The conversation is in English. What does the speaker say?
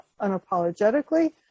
unapologetically